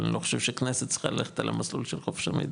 אבל אני לא חושב שכנסת צריכה ללכת על המסלול של חופש המידע,